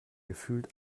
gefühlt